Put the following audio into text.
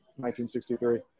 1963